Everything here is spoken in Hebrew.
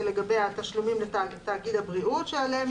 למרות שבחלק גדול מבתי החולים,